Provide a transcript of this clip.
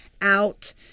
out